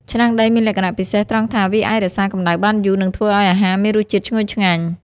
ឆ្នាំងដីមានលក្ខណៈពិសេសត្រង់ថា វាអាចរក្សាកម្ដៅបានយូរ និងធ្វើឱ្យអាហារមានរសជាតិឈ្ងុយឆ្ងាញ់។